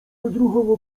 odruchowo